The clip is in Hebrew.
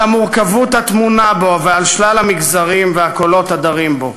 על המורכבות הטמונה בו ועל שלל המגזרים והקולות הדרים בו.